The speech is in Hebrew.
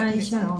היי,